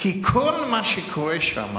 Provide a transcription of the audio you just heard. כי כל מה שקורה שם